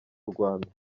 rwanda